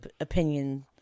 opinion